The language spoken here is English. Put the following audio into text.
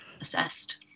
assessed